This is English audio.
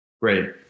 great